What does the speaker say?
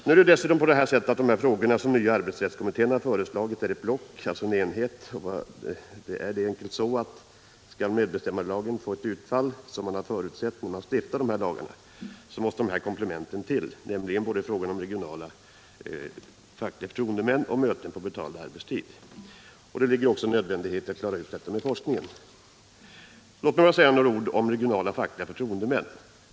Nu är det dessutom så att de här frågorna, som nya arbetsrättskommittén har lagt förslag om, är ett block, en enhet. Det är helt enkelt så att om medbestämmandelagen skall få sådant utfall som man har förutsett när man stiftade lagarna, så måste de här komplementen till om både regionala fackliga förtroendemän och om rätten till möten på betald arbetstid. I hela blocket ligger också nödvändigheten att klara ut frågan om forskning. Låt mig bara säga några ord om regionala fackliga förtroendemän.